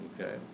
okay